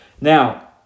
now